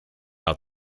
out